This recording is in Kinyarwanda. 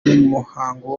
n’umuhango